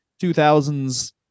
2000s